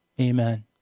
Amen